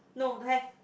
no don't have